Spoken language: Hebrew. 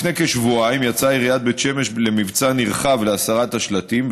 לפני כשבועיים יצאה עיריית בית שמש למבצע נרחב להסרת השלטים,